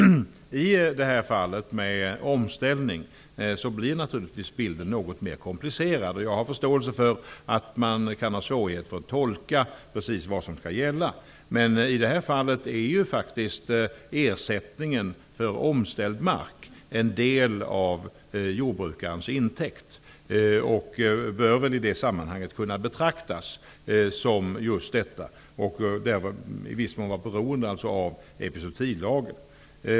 I fallet med omställningen blir bilden naturligtvis något mer komplicerad. Jag kan ha förståelse för att man kan ha svårigheter att tolka precis vad som skall gälla. I det här fallet är faktiskt ersättningen för omställd mark en del av jordbrukarens intäkt. I det sammanhanget bör detta betraktas som just så, och därmed skall det finnas stöd i epizootilagen.